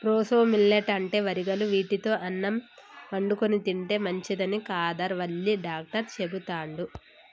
proso millet అంటే వరిగలు వీటితో అన్నం వండుకొని తింటే మంచిదని కాదర్ వల్లి డాక్టర్ చెపుతండు